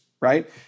right